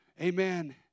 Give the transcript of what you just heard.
Amen